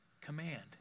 command